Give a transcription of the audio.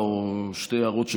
שתי הערות,